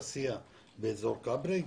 אנחנו כבר מפתחים אזור תעשייה באזור כברי,